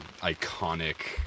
iconic